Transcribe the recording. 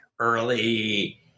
Early